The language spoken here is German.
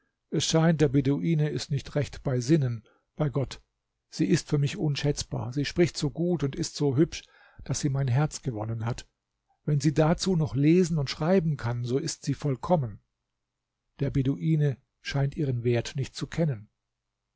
es scheint der beduine ist nicht recht bei sinnen bei gott sie ist für mich unschätzbar sie spricht so gut und ist so hübsch daß sie mein herz gewonnen hat wenn sie dazu noch lesen und schreiben kann so ist sie vollkommen der beduine scheint ihren wert nicht zu kennen